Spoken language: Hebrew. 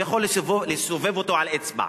הוא יכול לסובב אותו על אצבע.